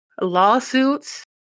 lawsuits